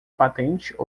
patente